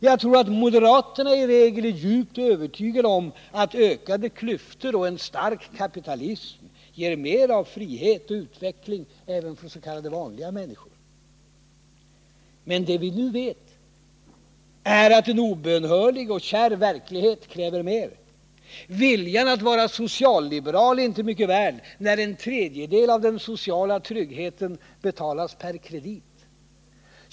Jag tror att moderaterna i regel är djupt övertygade om att ökade klyftor och en stark kapitalism ger mer av frihet och utveckling även för s.k. vanliga människor. Men det vi nu vet är att en obönhörlig och kärv verklighet kräver mer. Viljan att vara socialliberal är inte mycket värd när en tredjedel av den sociala tryggheten betalas per kredit.